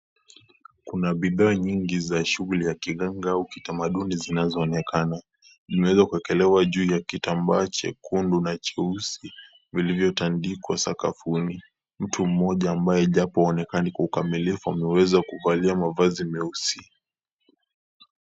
Kuna bidhaa nyingi za shughuli ya kiganga au kitamaduni zinazoonekana. Zimeweza kuekelewa juu ya kitambaa chekundu na cheusi vilivyotandikwa sakafuni , mtu mmoja ambaye japo haonekani kwa ukamilifu ameweza kuvalia mavazi meusi.